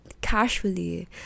casually